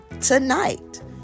tonight